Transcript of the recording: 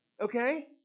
Okay